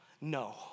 No